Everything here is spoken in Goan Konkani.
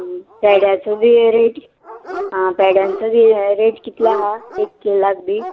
पेड्याचो बी रेट आं पेड्यांचो बी रेट कितलो आहा एक किल्लाक बी